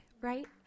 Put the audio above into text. right